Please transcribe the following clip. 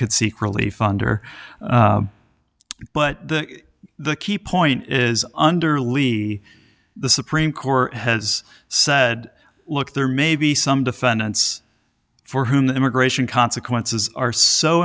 could seek relief fund or but the key point is under levy the supreme court has said look there may be some defendants for whom the immigration consequences are so